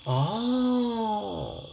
orh